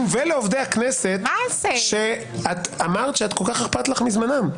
ולעובדי הכנסת שאמרת שכל כך אכפת לך מזמנם.